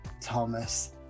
Thomas